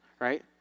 right